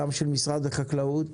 גם של משרד החקלאות,